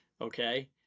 Okay